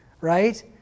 right